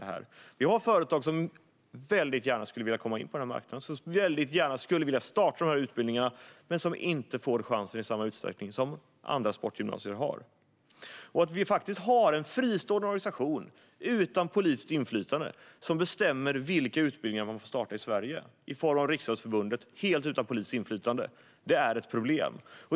Det finns företag som gärna vill in på denna marknad och starta dessa utbildningar, men de får inte samma chans som andra sportgymnasier. Att en fristående organisation utan politiskt inflytande, Riksidrottsförbundet, bestämmer vilka utbildningar som får startas i Sverige är ett problem.